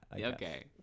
okay